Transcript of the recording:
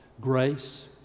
Grace